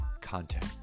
content